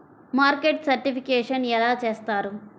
Market certification ఎలా చేస్తారు?